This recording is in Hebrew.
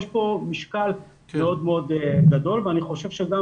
יש פה משקל מאוד מאוד גדול ואני חושב שגם